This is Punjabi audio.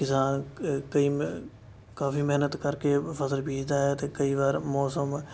ਕਿਸਾਨ ਕਈ ਕਾਫ਼ੀ ਮਿਹਨਤ ਕਰਕੇ ਫਸਲ ਬੀਜਦਾ ਹੈ ਅਤੇ ਕਈ ਵਾਰ ਮੌਸਮ